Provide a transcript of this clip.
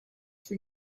for